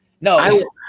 No